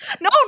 no